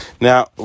Now